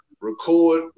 record